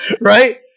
right